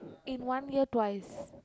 in one year twice